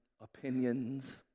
opinions